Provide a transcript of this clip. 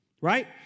right